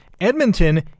Edmonton